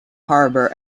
harbor